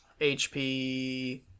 HP